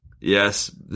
Yes